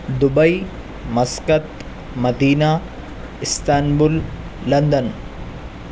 Dubai Muscat Medina Istanbul London